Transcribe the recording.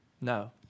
No